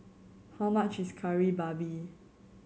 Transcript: how much is Kari Babi